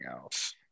else